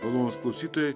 malonūs klausytojai